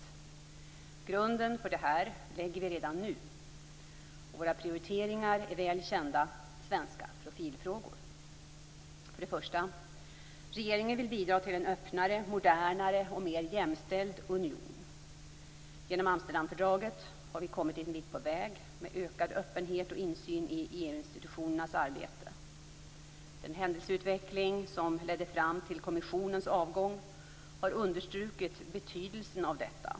Grunden för det här lägger vi redan nu. Våra prioriteringar är väl kända svenska profilfrågor. För det första vill regeringen bidra till en öppnare, modernare och mer jämställd union. Genom Amsterdamfördraget har vi kommit en bit på väg med ökad öppenhet och insyn i EU-institutionernas arbete. Den händelseutveckling som ledde fram till komissionens avgång har understrukit betydelsen av detta.